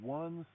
one